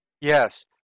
Yes